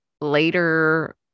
later